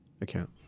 account